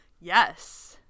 Yes